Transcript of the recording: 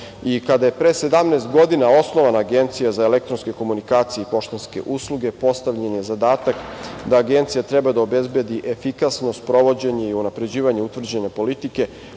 je pre 17 godina osnovana Agencija za elektronske komunikacije i poštanske usluge, postavljen je zadatak da agencija treba da obezbedi efikasno sprovođenje i unapređivanje utvrđene politike